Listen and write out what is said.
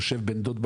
יושב בן דוד,